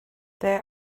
there